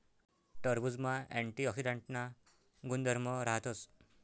टरबुजमा अँटीऑक्सीडांटना गुणधर्म राहतस